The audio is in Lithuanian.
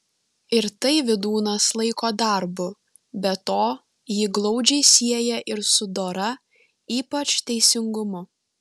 ir tai vydūnas laiko darbu be to jį glaudžiai sieja ir su dora ypač teisingumu